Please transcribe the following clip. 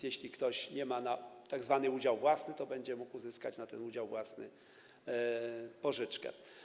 Jeśli więc ktoś nie ma na tzw. udział własny, to będzie mógł uzyskać na ten udział własny pożyczkę.